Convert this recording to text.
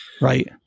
Right